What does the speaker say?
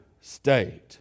state